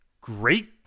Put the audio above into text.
great